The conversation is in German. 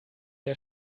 der